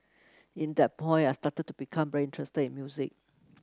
in that point I started to become very interested in music